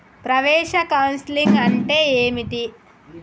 ప్రవేశ కౌన్సెలింగ్ అంటే ఏమిటి?